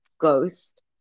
Ghost